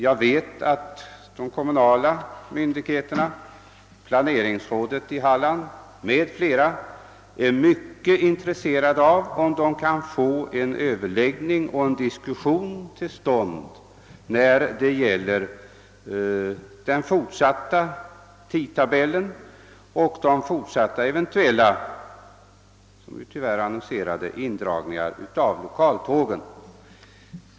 Jag vet att de kommunala myndigheterna, planeringsrådet i Halland m.fl. är mycket intresserade av att få en överläggning till stånd när det gäller tidtabellen och den tyvärr aviserade indragningen av lokaltågen.